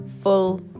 full